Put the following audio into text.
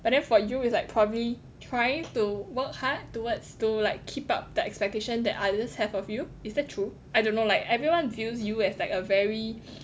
but then for you it's like probably trying to work hard towards to like keep up the expectation that others have of you is that true I don't know like everyone views you as like a very